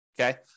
okay